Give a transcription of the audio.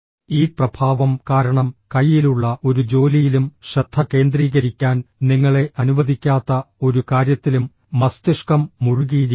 ഈ പ്രഭാവം കാരണം കയ്യിലുള്ള ഒരു ജോലിയിലും ശ്രദ്ധ കേന്ദ്രീകരിക്കാൻ നിങ്ങളെ അനുവദിക്കാത്ത ഒരു കാര്യത്തിലും മസ്തിഷ്കം മുഴുകിയിരിക്കുന്നു